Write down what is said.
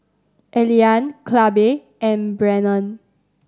Elian Clabe and Brennon